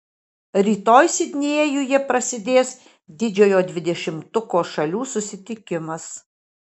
rytoj sidnėjuje prasidės didžiojo dvidešimtuko šalių susitikimas